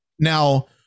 now